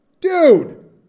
Dude